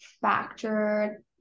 factor